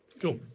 Cool